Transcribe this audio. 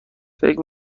فکر